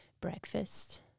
Breakfast